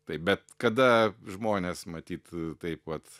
taip bet kada žmonės matyt taip vat